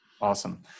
Awesome